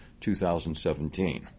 2017